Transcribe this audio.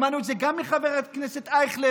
שמענו את זה גם מחבר הכנסת אייכלר,